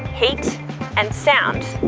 heat and sound.